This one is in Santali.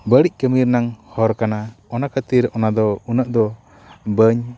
ᱵᱟᱹᱲᱤᱡ ᱠᱟᱹᱢᱤ ᱨᱮᱱᱟᱜ ᱦᱚᱨ ᱠᱟᱱᱟ ᱚᱱᱟ ᱠᱷᱟᱹᱛᱤᱨ ᱚᱱᱟᱫᱚ ᱩᱱᱟᱹᱜ ᱫᱚ ᱵᱟᱹᱧ